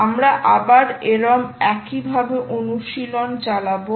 আমরা আবার এরম একইভাবে অনুশীলন চালাবো